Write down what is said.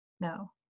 No